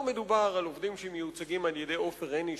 לא מדובר על עובדים שמיוצגים על-ידי עופר עיני,